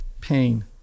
Pain